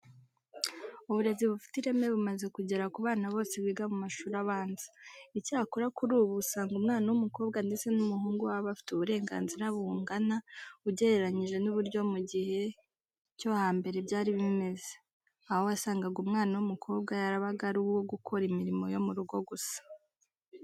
Uburezi bufite ireme bumaze kugera ku bana bose biga mu mashuri abanza. Icyakora kuri ubu usanga umwana w'umukobwa ndetse n'umuhungu baba bafite uburenganzira bungana ugereranyije n'uburyo mu guhe cyo hambere byari bimeze, aho wasangaga umwana w'umukobwa yarabaga ari uwo gukora imirimo yo mu rugo gusa.